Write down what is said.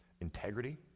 Integrity